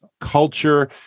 culture